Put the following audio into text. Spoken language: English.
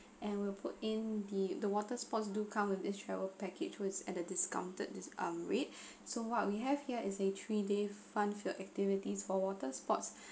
and we'll put in the the water sports do come with its travel package was at a discounted um this rate so what we have here is a three day fun filled activities for water sports